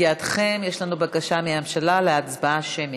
לידיעתכם, יש לנו בקשה מהממשלה להצבעה שמית.